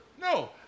No